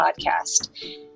podcast